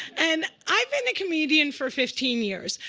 and i've been a comedian for fifteen years.